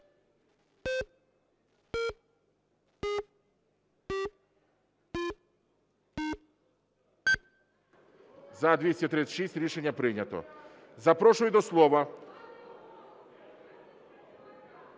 За-236 Рішення прийнято. Запрошую до слова…